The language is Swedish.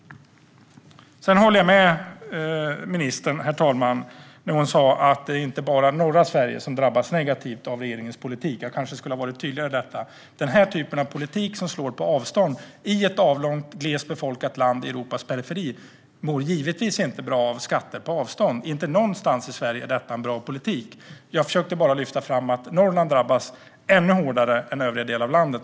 Sedan håller jag med ministern när hon sa att det inte bara är norra Sverige som drabbas negativt av regeringens politik. Jag kanske skulle ha varit tydligare i detta. Denna typ av politik slår på avstånd. Ett avlångt glest befolkat land i Europas periferi mår givetvis inte bra av skatter på avstånd. Inte någonstans i Sverige är detta en bra politik. Jag försökte bara lyfta fram att Norrland drabbas ännu hårdare än övriga delar av landet.